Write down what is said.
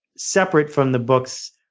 separate from the books